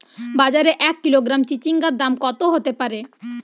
বাজারে এক কিলোগ্রাম চিচিঙ্গার দাম কত হতে পারে?